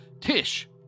Tish